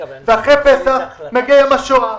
אחרי פסח מגיע יום השואה,